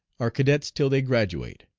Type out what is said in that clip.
are cadets till they graduate.